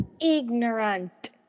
ignorant